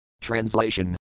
Translation